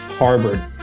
Harvard